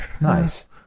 Nice